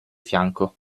fianco